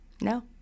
No